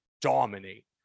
dominate